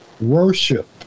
worship